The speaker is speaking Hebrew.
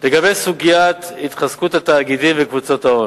לגבי סוגיית התחזקות התאגידים וקבוצות ההון,